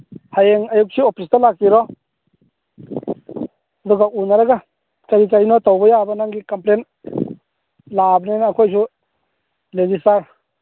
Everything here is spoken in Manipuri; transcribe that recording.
ꯍꯌꯦꯡ ꯑꯌꯨꯛꯁꯤ ꯑꯣꯐꯤꯁꯇ ꯂꯥꯛꯄꯤꯔꯣ ꯑꯗꯨꯒ ꯎꯅꯔꯒ ꯀꯔꯤ ꯀꯔꯤꯅꯣ ꯇꯧꯕ ꯌꯥꯕ ꯅꯪꯒꯤ ꯀꯝꯄ꯭ꯂꯦꯟ ꯂꯥꯛꯑꯕꯅꯤꯅ ꯑꯩꯈꯣꯏꯁꯨ ꯔꯦꯖꯤꯁꯇꯥꯔ